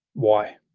why?